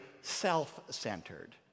self-centered